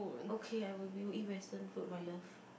okay I will we will eat Western food my love